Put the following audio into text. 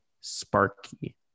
Sparky